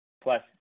plus